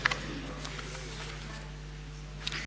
Hvala vam